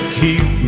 keep